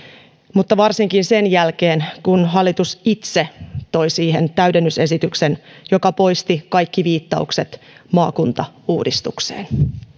varsinkin sen jälkeen kun hallitus itse toi siihen täydennysesityksen joka poisti kaikki viittaukset maakuntauudistukseen